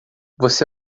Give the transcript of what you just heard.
você